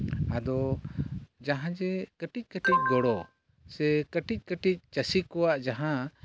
ᱟᱚᱫᱚ ᱡᱟᱦᱟᱸᱭ ᱡᱮ ᱠᱟᱹᱴᱤᱡᱽ ᱠᱟᱹᱴᱤᱡᱽ ᱜᱚᱲᱚ ᱥᱮ ᱠᱟᱴᱤᱡᱽ ᱠᱟᱹᱴᱤᱡᱽ ᱪᱟᱹᱥᱤ ᱠᱚᱣᱟᱜ ᱡᱟᱦᱟᱸ